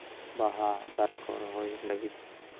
ᱵᱟᱦᱟ ᱫᱟᱨᱮᱠᱚ ᱨᱚᱦᱚᱭ ᱞᱟᱹᱜᱤᱫ